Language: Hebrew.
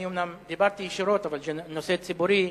אני אומנם דיברתי ישירות, אבל זה נושא ציבורי.